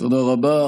תודה רבה.